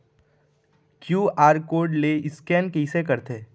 QR code ले scan कइसे करथे?